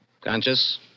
Conscious